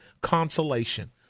consolation